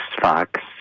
fox